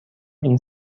این